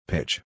Pitch